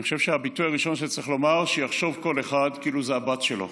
אני חושב שהביטוי הראשון שצריך לומר: שיחשוב כל אחד כאילו זו הבת שלו.